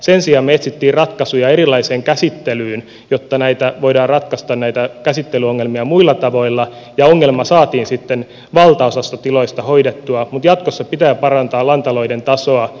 sen sijaan me etsimme ratkaisuja erilaiseen käsittelyyn jotta näitä käsittelyongelmia voidaan ratkaista muilla tavoilla ja ongelma saatiin sitten valtaosalla tiloista hoidettua mutta jatkossa pitää parantaa lantaloiden tasoa